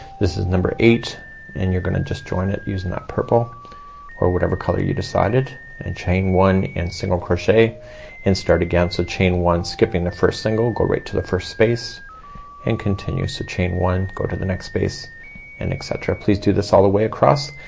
this is number eight and you're gonna just join it using that purple or whatever color you decided and chain one and single crochet and start again. so chain one, skipping the first single go right to the first space and continue. so chain one, go to the next space and et cetera. please do this all the way across.